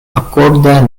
akorde